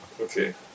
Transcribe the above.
Okay